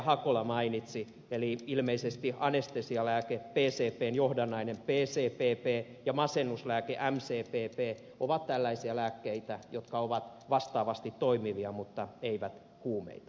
hakola mainitsi eli ilmeisesti anestesialääke pcbn johdannainen pcpp ja masennuslääke mcpp ovat tällaisia lääkkeitä jotka ovat vastaavasti toimivia mutta eivät huumeita